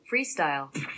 freestyle